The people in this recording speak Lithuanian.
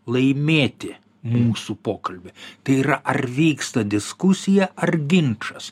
laimėti mūsų pokalbį tai yra ar vyksta diskusija ar ginčas